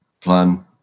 plan